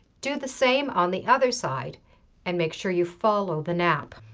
do the same on the other side and make sure you follow the nap.